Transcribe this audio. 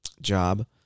job